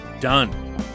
done